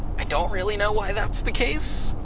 i don't really know why that's the case.